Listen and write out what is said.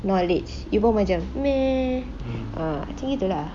knowledge you pun macam meh uh macam gitu lah